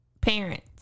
Parents